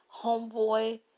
homeboy